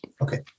Okay